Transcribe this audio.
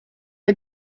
the